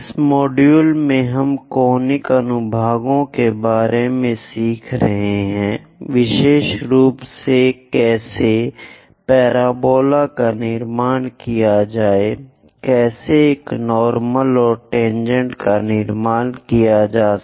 इस मॉड्यूल में हम कॉनिक अनुभागों के बारे में सीख रहे हैं विशेष रूप से कैसे परवलय का निर्माण किया जाए कैसे एक नार्मल और टेनजेंट का निर्माण किया जाए